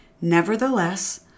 Nevertheless